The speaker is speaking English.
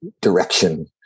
direction